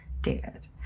David